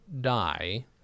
die